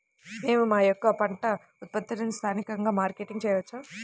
మేము మా యొక్క పంట ఉత్పత్తులని స్థానికంగా మార్కెటింగ్ చేయవచ్చా?